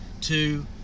two